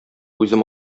үзем